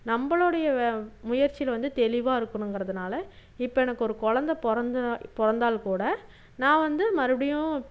நம்பளோடைய வ முயற்சியில் வந்து தெளிவாக இருக்கணும்கிறதுனால இப்போ எனக்கு ஒரு குழந்த பிறந்ததுனா பிறந்தால் கூட நான் வந்து மறுபடியும்